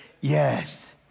yes